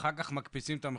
ואחר כך מקפיצים את המחירים.